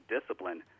discipline